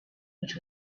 which